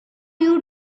you